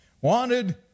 Wanted